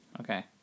Okay